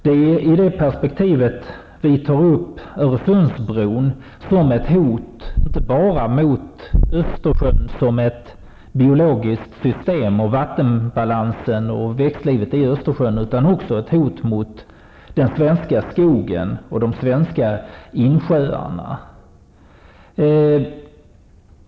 Det är i det perspektivet vi tar upp Öresundsbron som ett hot, inte bara mot Östersjön som ett biologiskt system och mot vattenbalansen och växtlivet i Östersjön, utan också som ett hot mot den svenska skogen och de svenska insjöarna.